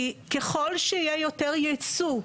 כי ככל שיהיה יותר ייצוא מהאסדות,